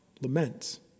laments